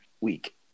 week